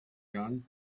gun